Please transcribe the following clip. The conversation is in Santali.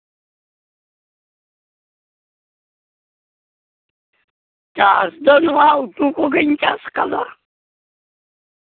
ᱪᱟᱥ ᱫᱚ ᱱᱚᱣᱟ ᱩᱛᱩ ᱠᱚᱜᱮᱧ ᱪᱟᱥ ᱠᱟᱫᱟ